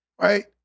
right